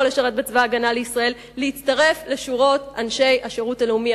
לשרת בצבא-הגנה לישראל להצטרף לשורות אנשי השירות הלאומי,